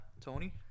Tony